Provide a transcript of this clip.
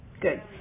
Good